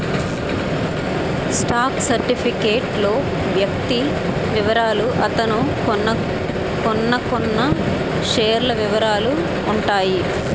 stock certificate లో వ్యక్తి వివరాలు అతను కొన్నకొన్న షేర్ల వివరాలు ఉంటాయి